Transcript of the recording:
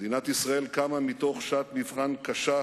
מדינת ישראל קמה בשעת מבחן קשה,